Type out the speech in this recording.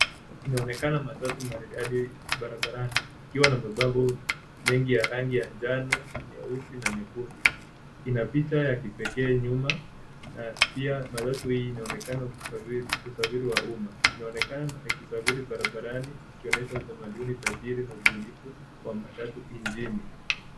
Inaonekana matatu maridadi barabarani ikiwa na mabango mengi ya rangi ya njano, nyeusi na nyekundu. Ina picha ya kipekee nyuma na pia matatu hii inaonekana ni usafiri wa umma. Inaonekana ikisafiri barabarani ikonyesha utamaduni tajiri na ubunifu wa matatu nchini.